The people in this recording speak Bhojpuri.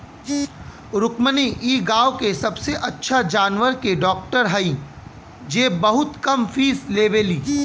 रुक्मिणी इ गाँव के सबसे अच्छा जानवर के डॉक्टर हई जे बहुत कम फीस लेवेली